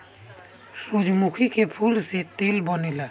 सूरजमुखी के फूल से तेल बनेला